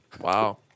Wow